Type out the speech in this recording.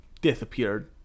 disappeared